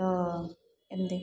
ତ ଏମତି